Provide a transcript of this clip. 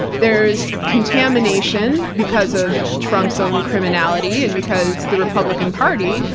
there is contamination, because of trump's own criminality, and because the republican party,